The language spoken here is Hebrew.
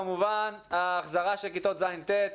כמובן ההחזרה של כיתות ז'-ט',